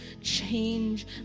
change